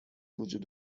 بوجود